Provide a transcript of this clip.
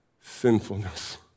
sinfulness